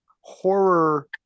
horror